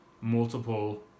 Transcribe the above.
multiple